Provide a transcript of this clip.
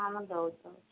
ହଁ ମୁଁ ଦେଉଛି ଦେଉଛି